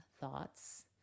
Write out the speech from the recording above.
thoughts